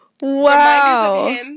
wow